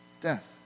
Death